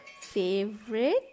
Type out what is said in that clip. favorite